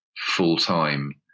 full-time